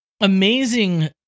amazing